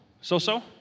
So-so